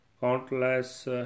countless